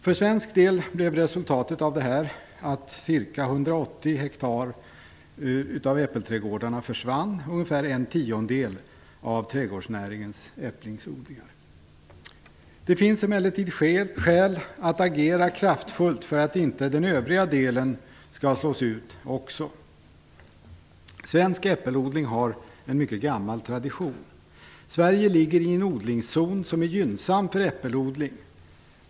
För svensk del blev resultatet att ca 180 hektar äppelträdgårdar försvann - ungefär en tiondel av trädgårdsnäringens äppelodlingar. Det finns emellertid skäl att agera kraftfullt för att inte även den övriga delen skall slås ut. Svensk äppelodling har en mycket gammal tradition. Sverige ligger i en odlingszon som är gynnsam för äppelodling.